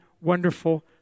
wonderful